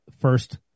first